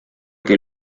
que